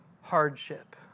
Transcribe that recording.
hardship